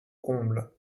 comble